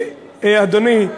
אדוני,